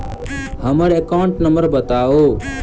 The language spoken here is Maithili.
हम्मर एकाउंट नंबर बताऊ?